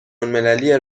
المللی